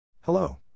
Hello